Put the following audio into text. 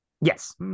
Yes